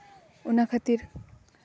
ᱚᱱᱟ ᱠᱷᱟᱹᱛᱤᱨ